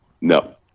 No